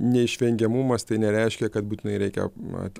neišvengiamumas tai nereiškia kad būtinai reikia mat